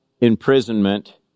imprisonment